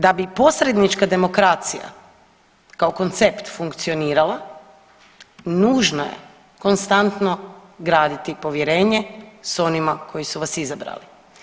Da bi posrednička demokracija kao koncept funkcionirala nužna je konstantno graditi povjerenje s onima koji su vas izabrali.